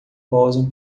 posam